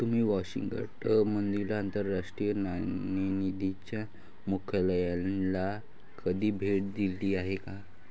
तुम्ही वॉशिंग्टन मधील आंतरराष्ट्रीय नाणेनिधीच्या मुख्यालयाला कधी भेट दिली आहे का?